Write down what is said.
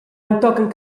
entochen